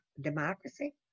democracy